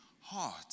heart